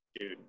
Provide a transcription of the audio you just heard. dude